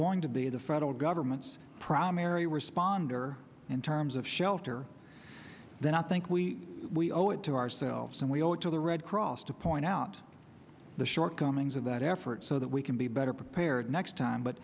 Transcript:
going to be the federal government's primary responder in terms of shelter then i think we we owe it to ourselves and we owe it to the red cross to point out the shortcomings of that effort so that we can be better prepared next time but